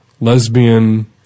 lesbian